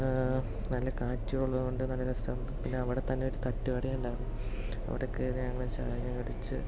നല്ല കാറ്റുള്ളത്കൊണ്ട് നല്ല രസം പിന്നെ അവിടെത്തന്നെ ഒരു തട്ടുകടയുണ്ടായിരുന്നു അവിടെ കയറി ഞങ്ങൾ ചായ കുടിച്ച്